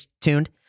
tuned